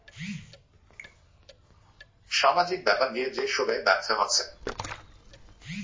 সামাজিক ব্যাপার নিয়ে যে সোগায় ব্যপছা হসে